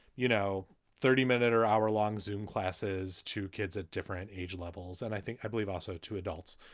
you know, thirty minute or hour long zoom classes to kids at different age levels. and i think i believe also to adults.